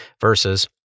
versus